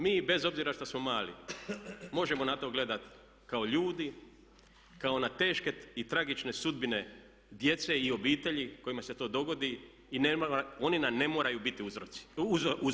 Mi bez obzira što smo mali možemo na to gledat kao ljudi, kao na teške i tragične sudbine djece i obitelji kojima se to dogodi i oni nam ne moraju biti uzori.